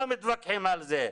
לא מתווכחים על זה,